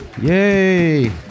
Yay